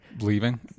leaving